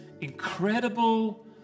incredible